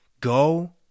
Go